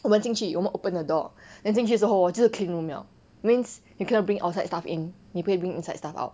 我们进去我们 open the door then 进去时候 hor 就是 clean room liao means you cannot bring outside stuff in 你不可以 bring inside stuff out